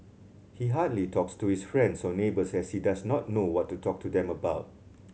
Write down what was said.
he hardly talks to his friends or neighbours as he does not know what to talk to them about